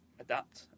adapt